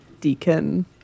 Deacon